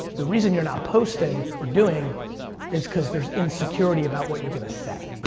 the reason you're not posting or doing is cause there's insecurity about what you're gonna say.